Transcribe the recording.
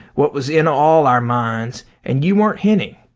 what was in all our minds, and you weren't hinting.